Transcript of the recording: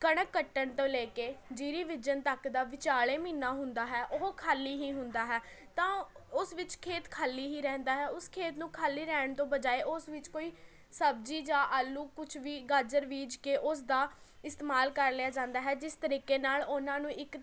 ਕਣਕ ਕੱਟਣ ਤੋਂ ਲੈ ਕੇ ਜੀਰੀ ਬੀਜਣ ਤੱਕ ਦਾ ਵਿਚਾਲੇ ਮਹੀਨਾ ਹੁੰਦਾ ਹੈ ਉਹ ਖਾਲੀ ਹੀ ਹੁੰਦਾ ਹੈ ਤਾਂ ਉਸ ਵਿੱਚ ਖੇਤ ਖਾਲੀ ਹੀ ਰਹਿੰਦਾ ਹੈ ਉਸ ਖੇਤ ਨੂੰ ਖਾਲੀ ਰਹਿਣ ਤੋਂ ਬਜਾਇ ਉਸ ਵਿੱਚ ਕੋਈ ਸਬਜ਼ੀ ਜਾਂ ਆਲੂ ਕੁਛ ਵੀ ਗਾਜਰ ਬੀਜ ਕੇ ਉਸ ਦਾ ਇਸਤੇਮਾਲ ਕਰ ਲਿਆ ਜਾਂਦਾ ਹੈ ਜਿਸ ਤਰੀਕੇ ਨਾਲ ਉਹਨਾਂ ਨੂੰ ਇੱਕ